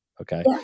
Okay